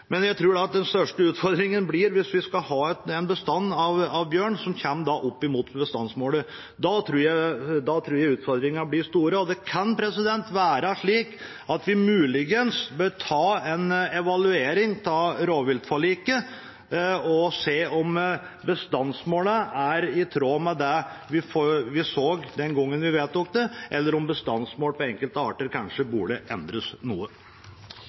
jeg er litt opptatt av ulv også. Altså: Jeg tror at den største utfordringen med bjørn kommer hvis vi skal ha en bestand som kommer opp imot bestandsmålet. Da tror jeg utfordringene blir store. Det kan muligens være slik at vi bør ta en evaluering av rovviltforliket og se om bestandsmålene er i tråd med det vi så den gangen vi vedtok det, eller om bestandsmålet på enkelte arter kanskje burde endres noe.